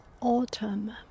autumn